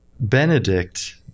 Benedict